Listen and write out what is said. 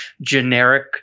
generic